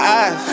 eyes